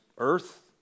earth